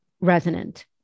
resonant